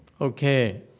Okay